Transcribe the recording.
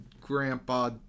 grandpa